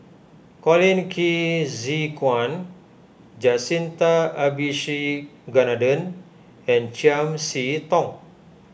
Colin Qi Zhe Quan Jacintha Abisheganaden and Chiam See Tong